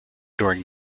during